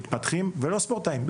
מתפתחים ולא מקבלים מעמד ספורטאי כי